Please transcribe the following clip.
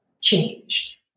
changed